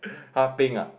!huh! pink ah